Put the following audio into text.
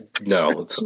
No